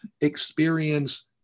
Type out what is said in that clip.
experience